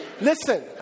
listen